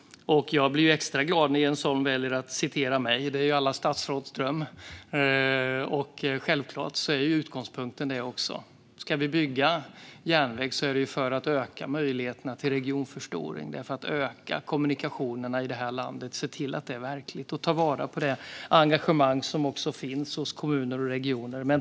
Jag blir extra glad när Jens Holm väljer att citera mig, för det är alla statsråds dröm. Givetvis är utgångpunkten denna. Vi bygger järnväg för att öka möjligheterna till regionförstoring. Vi ska öka kommunikationerna i landet och ta vara på det engagemang som finns hos kommuner och regioner.